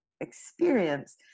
experience